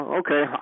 okay